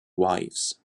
wives